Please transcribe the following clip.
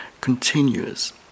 continuous